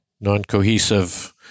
non-cohesive